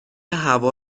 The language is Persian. هوا